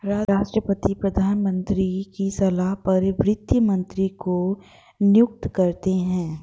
राष्ट्रपति प्रधानमंत्री की सलाह पर वित्त मंत्री को नियुक्त करते है